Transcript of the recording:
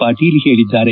ಪಾಟೀಲ್ ಹೇಳಿದ್ದಾರೆ